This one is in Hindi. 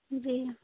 जी